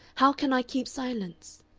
how can i keep silence?